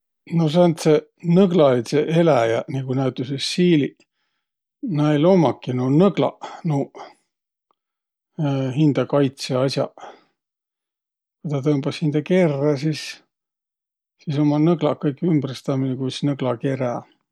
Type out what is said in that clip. No sääntseq nõglalidsõq eläjäq nigu näütüses siiliq, näil ummaki nuuq nõglaq nuuq hindä kaitsõ as'aq. Ku tä tõmbas hindä kerrä, sis, sis ummaq nõglaq kõik ümbre, sis tä um nigu üts nõglakerä.